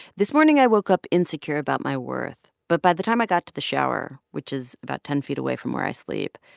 this morning, i woke up insecure about my worth. but by the time i got to the shower, which is about ten feet away from where i sleep,